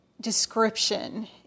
description